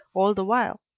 all the while.